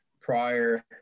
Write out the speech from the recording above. prior